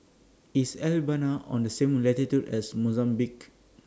IS Albania on The same latitude as Mozambique